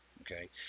okay